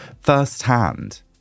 firsthand